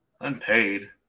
unpaid